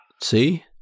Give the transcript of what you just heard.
See